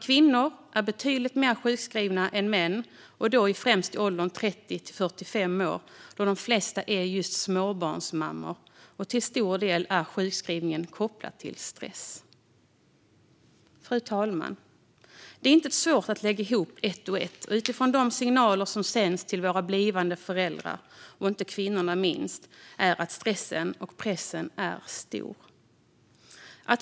Kvinnor är betydligt mer sjukskrivna än män, då främst i åldrarna 30-45 år, och de flesta är just småbarnsmammor. Till stor del är sjukskrivningarna kopplade till stress. Fru talman! Det är inte svårt att lägga ihop ett och ett utifrån de signaler som sänds till våra blivande föräldrar, inte minst till kvinnorna, om att stressen och pressen är stor.